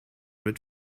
mit